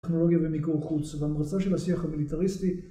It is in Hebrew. טכנולוגיה ומיקור חוץ. והמרצה של השיח המיליטריסטי